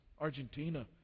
Argentina